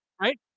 right